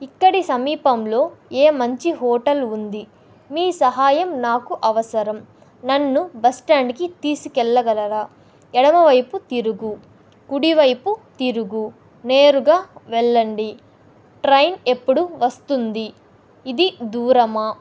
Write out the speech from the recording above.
ఇక్కడి సమీపంలో ఏ మంచి హోటల్ ఉంది మీ సహాయం నాకు అవసరం నన్ను బస్ స్టాండ్కి తీసుకెళ్ళగలరా ఎడమవైపు తిరుగు కుడివైపు తిరుగు నేరుగా వెళ్ళండి ట్రైన్ ఎప్పుడు వస్తుంది ఇది దూరమా